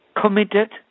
Committed